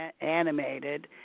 animated